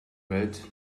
bed